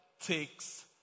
takes